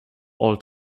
all